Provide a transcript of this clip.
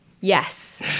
yes